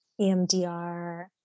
EMDR